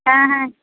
হ্যাঁ হ্যাঁ